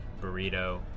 Burrito